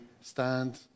stand